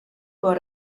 con